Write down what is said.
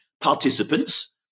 participants